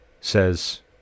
says